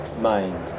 mind